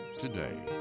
today